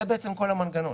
זה בעצם כל המנגנון,